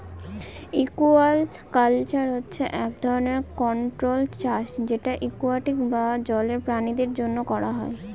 aquaculture হচ্ছে এক ধরনের কন্ট্রোল্ড চাষ যেটা একুয়াটিক বা জলের প্রাণীদের জন্য করা হয়